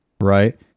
right